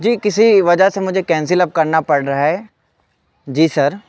جی کسی وجہ سے مجھے کینسل اب کرنا پڑ رہا ہے جی سر